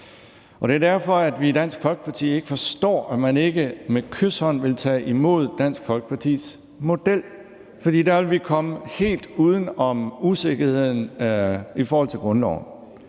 Det er derfor, at vi i Dansk Folkeparti ikke forstår, at man ikke med kyshånd vil tage imod Dansk Folkepartis model, for der ville vi komme helt uden om usikkerheden i forhold til grundloven.